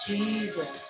Jesus